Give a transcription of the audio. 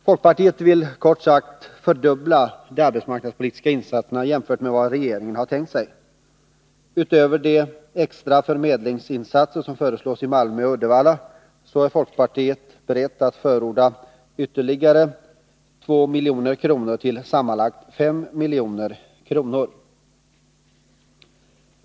Folkpartiet vill, kort sagt, fördubbla de arbetsmarknadspolitiska insatserna jämfört med vad regeringen har tänkt sig. Utöver de extra förmedlingsinsatser som föreslås i Malmö och Uddevalla är folkpartiet berett att förorda ytterligare 2,5 milj.kr. till sammanlagt 5 milj.kr.